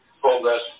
progress